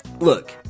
Look